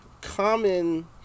common